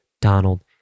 Donald